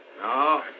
No